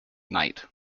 night